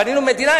בנינו מדינה,